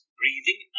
breathing